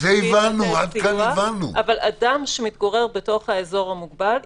אבל אדם שמתגורר בתוך האזור המוגבל,